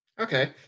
Okay